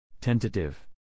Tentative